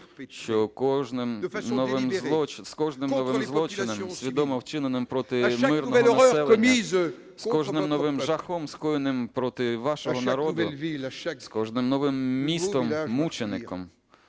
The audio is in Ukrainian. що з кожним новим злочином, свідомо вчиненим проти мирного населення, з кожним новим жахом, скоєним проти вашого народу, з кожним новим містом-мучеником